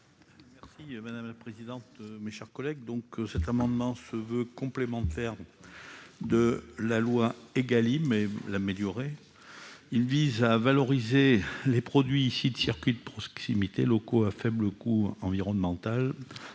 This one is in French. Madame la présidente, mes chers collègues, donc cet amendement se veut complémentaire de la loi Egalim mais l'améliorer, il vise à valoriser les produits de circuits de proximité locaux à faible coût environnemental